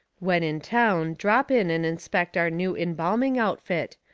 when in town drop in and inspect our new embalming outfit.